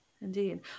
Indeed